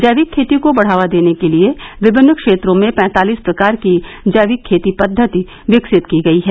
जैविक खेती को बढ़ावा देने के लिए विभिन्न क्षेत्रों में पैंतालिस प्रकार की जैविक खेती पद्वति विकसित की गई है